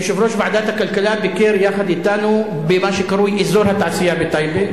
יושב-ראש ועדת הכלכלה ביקר יחד אתנו במה שקרוי "אזור התעשייה בטייבה".